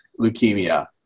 leukemia